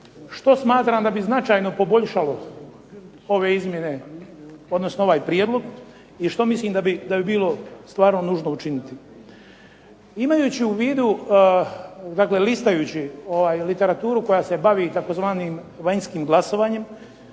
što smatram da bi značajno poboljšalo ovaj prijedlog i što mislim da bi bilo stvarno nužno učiniti. Imajući u vidu, listajući literaturu koja se bavi tzv. vanjskim glasovanjem